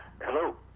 Hello